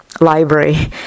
library